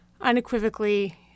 unequivocally